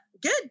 good